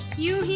you